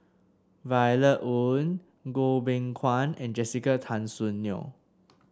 Violet Oon Goh Beng Kwan and Jessica Tan Soon Neo